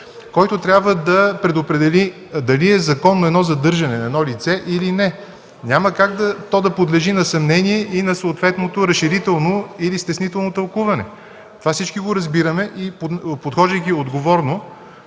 който трябва да предопредели дали е законно едно задържане на едно лице, или не е. Няма как то да подлежи на съмнение и на съответното разширително или стеснително тълкуване. Това всички го разбираме и подхождайки отговорно...